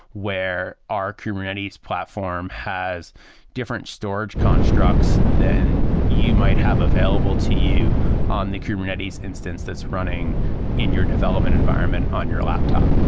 where are kubernetes platform has different storage constructs than you might have available to you on the kubernetes instance that's running in your development environment on your laptop?